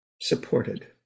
supported